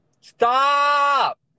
Stop